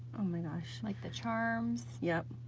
oh my gosh, like the charms. yep,